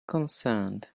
concerned